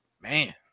Man